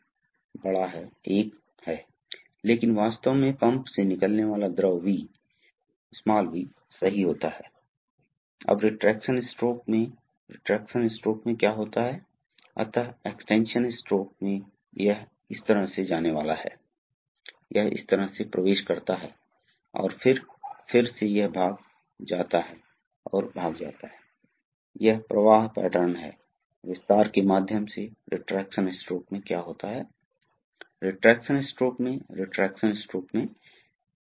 हो सकता है वे मशीन आदि के पास हैं इसलिए ऐसी आवश्यकताएं हैं जिनके द्वारा ऑपरेटर अपेक्षाकृत रिमोट एक्शन से संचालित हो सकता है आप वाल्व के काम करने के तरीके को बदल सकते हैं इस कारण से पायलट संचालित वाल्व का उपयोग किया जाता है जहां बाहरी दबाव लागू करने से संभवतः एक दूरस्थ स्रोत कोई वाल्व के संचालन के तरीके को बदल सकता है हमें एक उदाहरण दें यहां आपके पास एक वाल्व है आप देख सकते हैं कि यह पोर्ट है और यह एकआप सदस्य को जानते हैं जो प्रवाह को नियंत्रित करता है यह एक स्प्रिंग है और यह एक सिलेंडर है जो इन दोनों को अलग करता है यह मेरा पायलट पोर्ट है और यह एक ड्रेन पोर्ट है